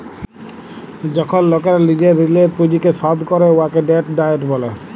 যখল লকেরা লিজের ঋলের পুঁজিকে শধ ক্যরে উয়াকে ডেট ডায়েট ব্যলে